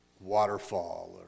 waterfall